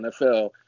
NFL